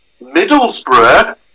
Middlesbrough